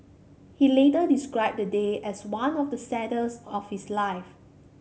he later described the day as one of the saddest of his life